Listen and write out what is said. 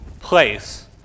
place